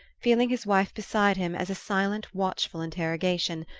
feeling his wife beside him as a silent watchful interrogation,